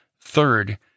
Third